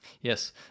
Yes